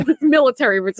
military